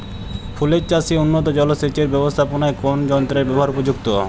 ফুলের চাষে উন্নত জলসেচ এর ব্যাবস্থাপনায় কোন যন্ত্রের ব্যবহার উপযুক্ত?